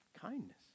Kindness